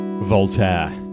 Voltaire